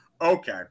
Okay